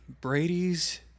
Brady's